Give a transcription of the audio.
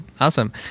awesome